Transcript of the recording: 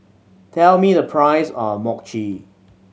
tell me the price of Mochi